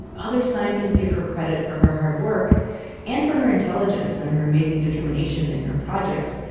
other scientists give her credit for her hard work and for her intelligence and her amazing determination in her projects,